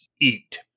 eat